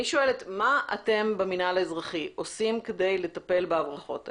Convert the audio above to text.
אני שואלת מה אתם במינהל האזרחי עושים כדי לטפל בהברחות האלה.